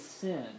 sin